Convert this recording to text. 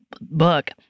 book